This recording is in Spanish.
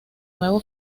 nuevo